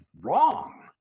wrong